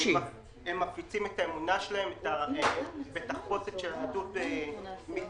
הם מפיצים את האמונה שלהם בתחפושת של יהדות מתקדמת,